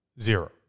zero